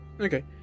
Okay